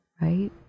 right